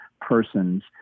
persons